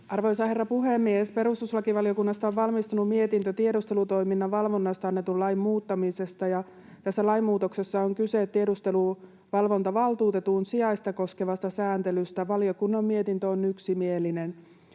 Arvoisa herra puhemies! Perustuslakivaliokunnasta on valmistunut mietintö tiedustelutoiminnan valvonnasta annetun lain muuttamisesta, ja tässä lainmuutoksessa on kyse tiedusteluvalvontavaltuutetun sijaista koskevasta sääntelystä. Valiokunnan mietintö on yksimielinen.